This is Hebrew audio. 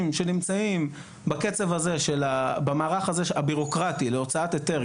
שנמצאים במערך הביורוקרטי להוצאת היתר,